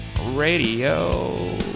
Radio